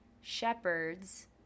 shepherds